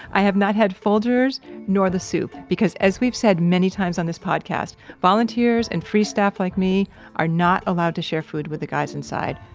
i have not had folger's nor the soup. because as we've said many times on this podcast, volunteers and free staff like me are not allowed to share food with the guys inside.